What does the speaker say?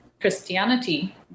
christianity